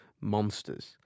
monsters